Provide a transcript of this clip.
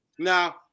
Now